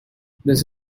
this